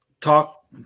talk